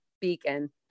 beacon